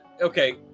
Okay